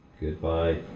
Goodbye